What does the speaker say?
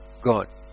God